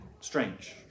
strange